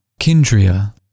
Kindria